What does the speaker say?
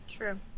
True